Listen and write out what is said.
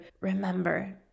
remember